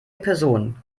person